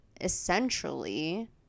essentially